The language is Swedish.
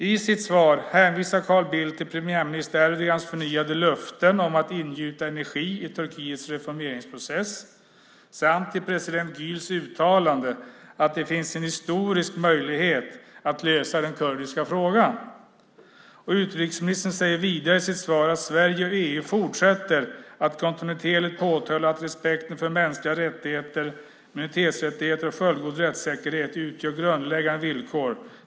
I sitt svar hänvisar Carl Bildt till premiärminister Erdogans förnyade löften om att ingjuta energi i Turkiets reformeringsprocess samt till president Güls uttalande om att det finns en historisk möjlighet att lösa den kurdiska frågan. Utrikesministern säger vidare i sitt svar att Sverige och EU fortsätter att kontinuerligt påtala för företrädare för den turkiska regeringen att respekten för mänskliga rättigheter, immunitetsrättigheter och fullgod rättssäkerhet utgör grundläggande villkor.